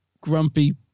grumpy